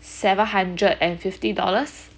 seven hundred and fifty dollars